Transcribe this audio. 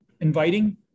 inviting